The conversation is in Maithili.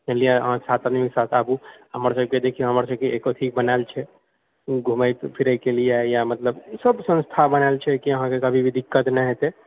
बुझलिऐ अहाँ सात आदमीकेँ साथ आबु हमरसभकेँ देखिऔ हमरसभकेँ एगो अथि बनाएल छै घुमए फिरएके लिअऽ यऽ मतलब सब संस्था बनाएल छै कि अहाँकेँ कभी भी दिक्कत नहि हेतै